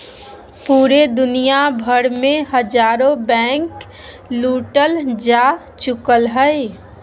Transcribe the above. पूरे दुनिया भर मे हजारो बैंके लूटल जा चुकलय हें